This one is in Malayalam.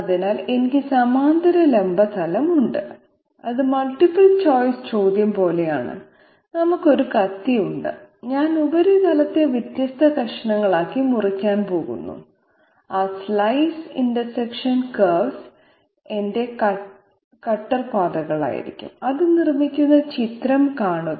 അതിനാൽ എനിക്ക് സമാന്തര ലംബ തലം ഉണ്ട് അത് മൾട്ടിപ്പിൾ ചോയ്സ് ചോദ്യം പോലെയാണ് നമുക്ക് ഒരു കത്തി ഉണ്ട് ഞാൻ ഉപരിതലത്തെ വ്യത്യസ്ത കഷ്ണങ്ങളാക്കി മുറിക്കാൻ പോകുന്നു ആ സ്ലൈസ് ഇന്റർസെക്ഷൻ കർവുകൾ എന്റെ കട്ടർ പാതകളായിരിക്കും അത് നിർമ്മിക്കുന്ന ചിത്രം കാണുക